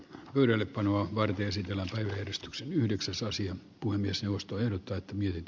pöydällepanoa varten sikäläisen edistyksen yhdeksäs asian puhemiesneuvosto ehdottaa että miehet